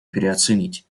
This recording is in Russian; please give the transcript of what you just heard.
переоценить